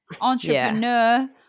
entrepreneur